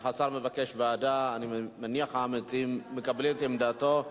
השר מבקש ועדה ואני מניח שהמציעים מקבלים את עמדתו.